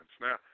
Now